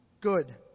good